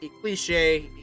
cliche